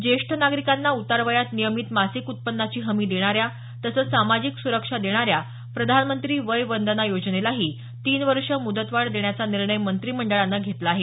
ज्येष्ठ नागरिकांना उतार वयात नियमित मासिक उत्पन्नाची हमी देणाऱ्या तसंच सामाजिक सुरक्षा देणाऱ्या प्रधानमंत्री वय वंदना योजनेलाही तीन वर्ष मुदतवाढ देण्याचा निर्णय मंत्रिमंडळानं घेतला आहे